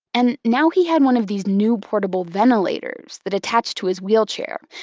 and now he had one of these new portable ventilators, that attached to his wheelchair,